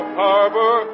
harbor